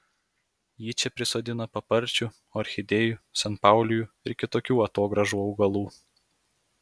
ji čia prisodino paparčių orchidėjų sanpaulijų ir kitokių atogrąžų augalų